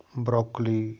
broccoli